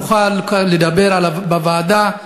נוכל לדבר בוועדה,